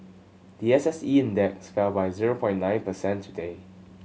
the S S E Index fell by zero point nine percent today